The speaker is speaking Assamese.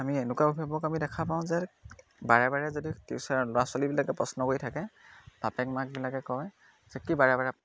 আমি এনেকুৱা অভিভাৱক আমি দেখা পাওঁ যে বাৰে বাৰে যদি টিউচাৰ ল'ৰা ছোৱালীবিলাকে প্ৰশ্ন কৰি থাকে বাপেক মাকবিলাকে কয় যে কি বাৰে বাৰে